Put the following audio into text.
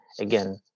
again